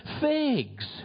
figs